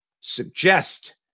suggest